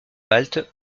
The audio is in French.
halte